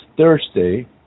Thursday